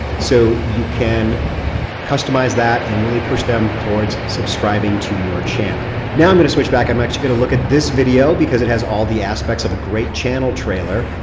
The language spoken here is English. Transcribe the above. so you can customize that and really push them towards subscribing to your channel. now i'm going to switch back, i'm actually going to look at this video. because it has all the aspects of a great channel trailer.